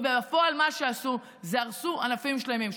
בפועל מה שעשו זה הרסו ענפים שלמים.